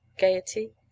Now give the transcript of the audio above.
gaiety